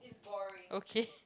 okay